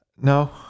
No